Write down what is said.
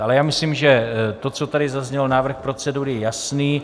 Ale já myslím, že to, co tady zaznělo, návrh procedury je jasný.